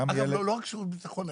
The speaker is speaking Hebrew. לא רק בשירות הביטחון,